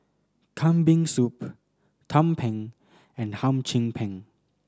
Kambing Soup tumpeng and Hum Chim Peng